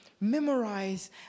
memorize